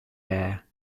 air